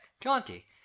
jaunty